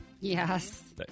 Yes